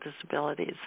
disabilities